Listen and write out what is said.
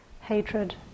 hatred